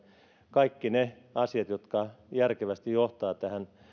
kaikki ne asiat jotka järkevästi johtavat tähän